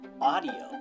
audio